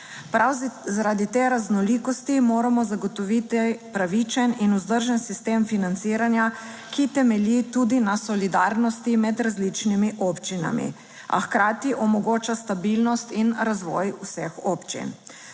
Prav zaradi te raznolikosti moramo zagotoviti pravičen in vzdržen sistem financiranja, ki temelji tudi na solidarnosti med različnimi občinami, a hkrati omogoča stabilnost in razvoj vseh občin.